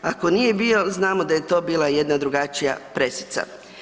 Ako nije bio, znamo da je to bila jedna drugačija pressica.